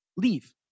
leave